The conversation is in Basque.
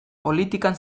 politikan